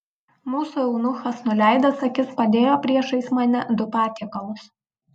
mūsų eunuchas nuleidęs akis padėjo priešais mane du patiekalus